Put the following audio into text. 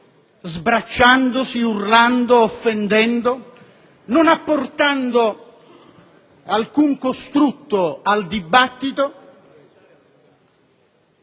sbracciandosi, urlando, offendendo, non apportando alcun costrutto al dibattito,